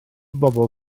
bobl